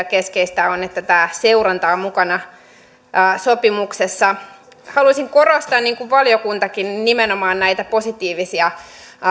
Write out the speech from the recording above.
keskeistä on että tämä seuranta on mukana sopimuksessa haluaisin korostaa niin kuin valiokuntakin nimenomaan näitä positiivisia